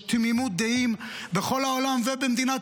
יש תמימות דעים בכל העולם ובמדינת